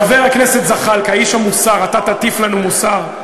חבר הכנסת זחאלקה, איש המוסר, אתה תטיף לנו מוסר?